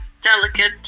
delicate